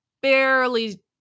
barely